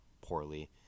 poorly